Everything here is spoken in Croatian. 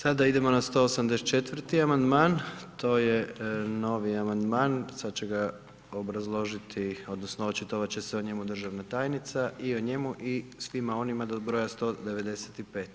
Sada idemo na 184. amandman, to je novi amandman, sada će ga obrazložiti, odnosno očitovati će se o njemu državna tajnica i o njemu i svima onima do broja 195.